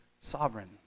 sovereign